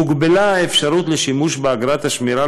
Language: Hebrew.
הוגבלה אפשרות השימוש באגרת השמירה